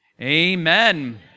amen